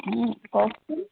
কওকচোন